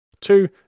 Two